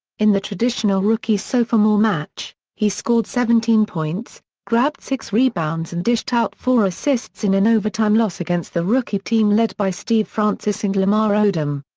in the traditional rookie-sophomore match, he scored seventeen points, grabbed six rebounds and dished out four assists in an overtime loss against the rookie team led by steve francis and lamar odom.